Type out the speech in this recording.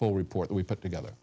full report we put together